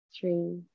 three